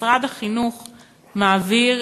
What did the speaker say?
משרד החינוך מעביר,